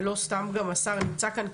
ולא סתם גם השר נמצא כאן,